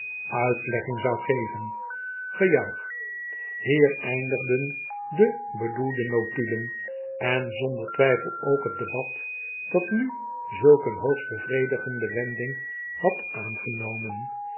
uitlegging zou geven gejuich hier eindigen de bedoelde notulen en zonder twijfei ook het debat dat nu zulk een hoogst bevredigende wending had aangenomen